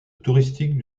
touristique